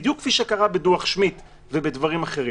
בדיוק כפי שקרה בדוח שמיד ובדברים אחרים.